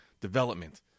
development